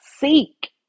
seek